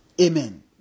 Amen